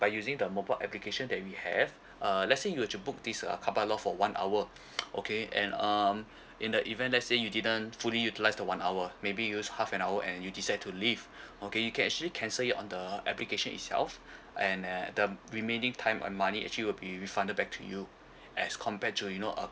by using the mobile application that we have uh let say you were to book this uh car park lot for one hour okay and um in the event let say you didn't fully utilize the one hour maybe use half an hour and you decide to leave okay you can actually cancel it on the application itself and then the remaining time and money actually will be refunded back to you as compared to you know uh